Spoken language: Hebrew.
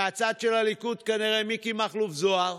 ומהצד של הליכוד כנראה מיקי מכלוף זוהר,